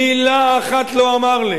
מלה אחת לא אמר לי.